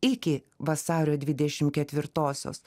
iki vasario dvidešimt ketvirtosios